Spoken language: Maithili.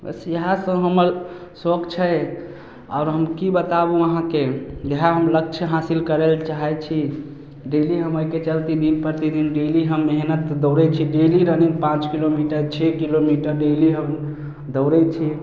बस इएहसब हमर सौख छै आओर हम कि बताबू अहाँके इएह हम लक्ष्य हासिल करैले चाहै छी डेली हम एहिके चलिते दिन प्रतिदिन डेली हम मेहनति दौड़ै छी डेली रनिन्ग पाँच किलोमीटर छओ किलोमीटर डेली हम दौड़ै छी